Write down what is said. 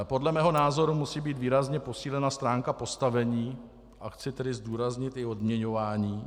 Podle mého názoru musí být výrazně posílena stránka postavení a chci zdůraznit i odměňování.